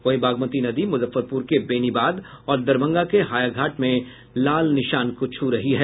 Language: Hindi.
वहीं बागमती नदी मुजफ्फरपुर के बेनीबाद और दरभंगा के हायाघाट में लाल निशान को छू रही है